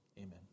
Amen